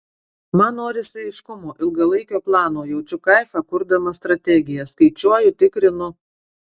man norisi aiškumo ilgalaikio plano jaučiu kaifą kurdama strategiją skaičiuoju tikrinu